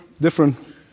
different